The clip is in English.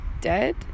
dead